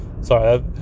Sorry